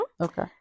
Okay